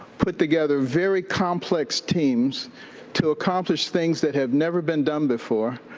put together very complex teams to accomplish things that have never been done before.